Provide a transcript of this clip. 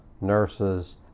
nurses